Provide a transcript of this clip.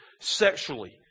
sexually